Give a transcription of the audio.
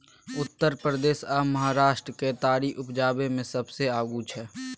उत्तर प्रदेश आ महाराष्ट्र केतारी उपजाबै मे सबसे आगू छै